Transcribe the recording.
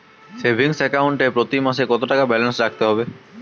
Savings account এ প্রতি মাসে কতো টাকা ব্যালান্স রাখতে হবে?